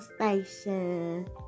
station